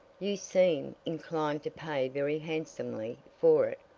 you seem inclined to pay very handsomely for it,